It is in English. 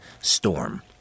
storm